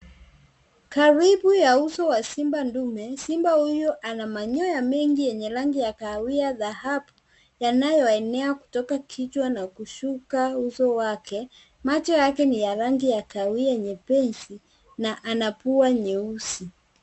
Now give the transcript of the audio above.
Karibu ya uso wa simba dume, simba huyu ana manyoya mengi yenye rangi ya kahawia, dhahabu yanayoenea kutoka kichwa na kushuka uso wake. Macho yake ni ya rangi ya kahawia nyepesi, na ana pua nyeusi.